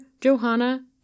Johanna